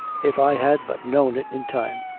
if i had but known it in time!